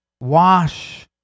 Wash